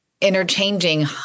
interchanging